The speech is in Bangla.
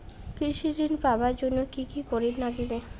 কৃষি ঋণ পাবার জন্যে কি কি করির নাগিবে?